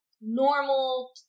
normal